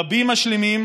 רבים משלימים.